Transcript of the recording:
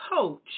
coach